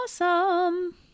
awesome